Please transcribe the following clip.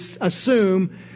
assume